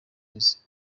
mizi